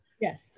Yes